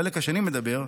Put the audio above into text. החלק השני אומר: